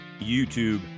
YouTube